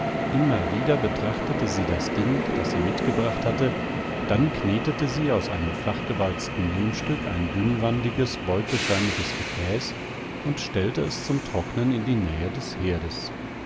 immer wieder betrachtete sie das ding das sie mitgebracht hatte dann knetete sie aus einem flachgewalzten lehmstück ein dünnwandiges beutelförmiges gefäß und stellte es zum trocknen in die nähe des herdes